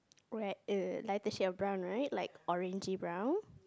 rag err lighter shade of brown right like orangey brown